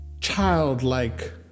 childlike